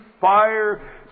fire